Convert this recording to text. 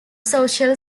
social